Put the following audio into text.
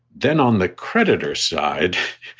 then on the creditor side,